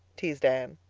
teased anne.